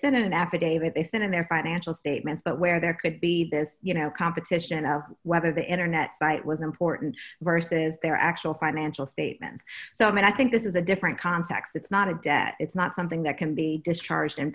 affidavit they sent in their financial statements but where there could be this you know competition of whether the internet site was important versus their actual financial statements so i mean i think this is a different context it's not a debt it's not something that can be discharged in